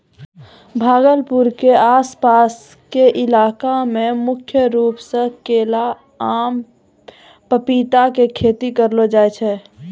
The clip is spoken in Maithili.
भागलपुर के आस पास के इलाका मॅ मुख्य रूप सॅ केला, आम, पपीता के खेती करलो जाय छै